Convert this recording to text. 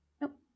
Nope